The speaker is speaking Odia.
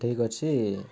ଠିକ୍ ଅଛି